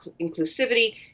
inclusivity